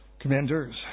Commanders